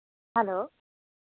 hello